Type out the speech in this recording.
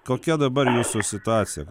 kokia dabar jūsų situacija